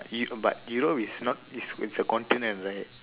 but you but you know it's not it's it's a continent right